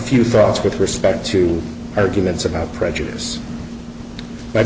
few thoughts with respect to arguments about prejudice